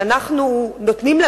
שאנחנו נותנים לה,